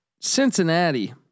Cincinnati